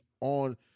on